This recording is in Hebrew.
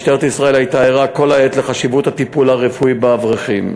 משטרת ישראל הייתה ערה כל העת לחשיבות הטיפול הרפואי באברכים.